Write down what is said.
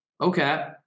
Okay